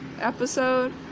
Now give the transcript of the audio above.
episode